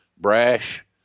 brash